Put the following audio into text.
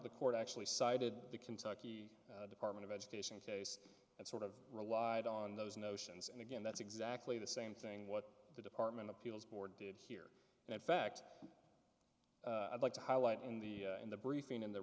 the court actually cited the kentucky department of education case and sort of relied on those notions and again that's exactly the same thing what the department appeals board did here and in fact i'd like to highlight in the in the briefing in the